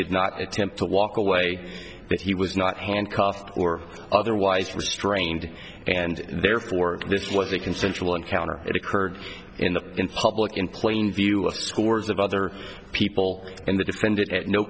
did not attempt to walk away that he was not handcuffed or otherwise restrained and therefore this was a consensual encounter it occurred in the in public in plain view with scores of other people and the defend